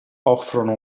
offrono